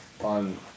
on